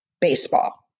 baseball